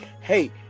Hey